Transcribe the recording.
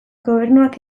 gobernuak